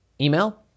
email